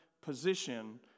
position